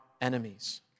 enemies